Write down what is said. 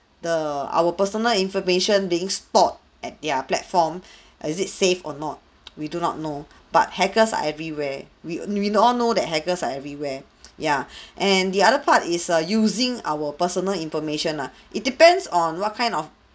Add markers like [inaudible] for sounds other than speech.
the our personal information being stored at their platform [breath] is it safe or not [noise] we do not know [breath] but hackers are everywhere we knew we all know that hackers are everywhere [noise] yeah [breath] and the other part is err using our personal information ah it depends on what kind of